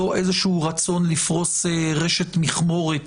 ולא איזשהו רצון לפרוס רשת מכמורת,